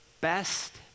Best